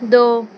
दो